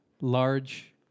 large